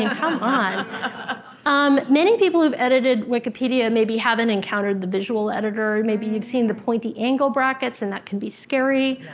and um many people who've edited wikipedia maybe haven't encountered the visual editor. maybe you've seen the pointy angle brackets, and that can be scary.